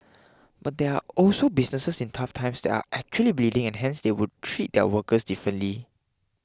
but there are also businesses in tough times that are actually bleeding and hence they would treat their workers differently